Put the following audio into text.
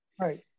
Right